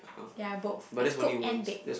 ya both is cook and bake